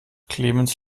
clemens